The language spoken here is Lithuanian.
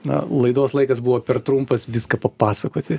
na laidos laikas buvo per trumpas viską papasakoti